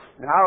Now